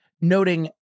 noting